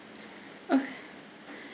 okay